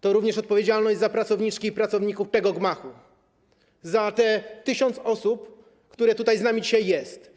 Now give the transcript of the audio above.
To również odpowiedzialność za pracowniczki i pracowników tego gmachu, za te tysiąc osób, które dzisiaj tutaj z nami są.